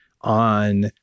on